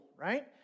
right